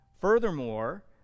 Furthermore